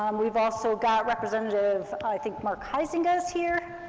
um we've also got representative, i think mark huizenga is here,